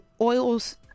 oils